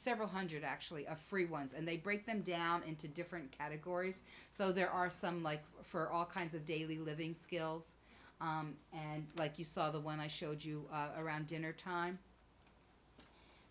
several hundred actually a free ones and they break them down into different categories so there are some like for all kinds of daily living skills and like you saw the one i showed you around dinner time